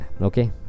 Okay